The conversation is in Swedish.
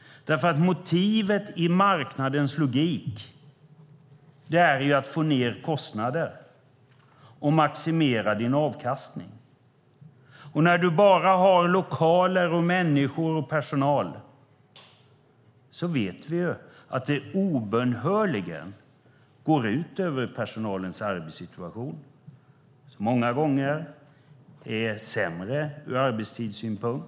Motivet i marknadens logik är nämligen att få ned kostnader och maximera din avkastning. När du bara har lokaler, människor och personal vet vi ju att det obönhörligen går ut över personalens arbetssituation, som många gånger är sämre ur arbetstidssynpunkt.